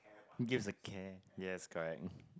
gives a care yes correct